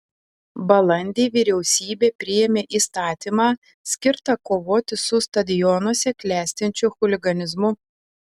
balandį vyriausybė priėmė įstatymą skirtą kovoti su stadionuose klestinčiu chuliganizmu